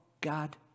God